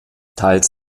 teils